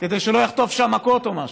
כדי שלא יחטוף שם מכות או משהו.